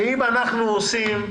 שאם אנחנו מלוקקים,